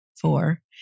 four